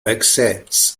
accepts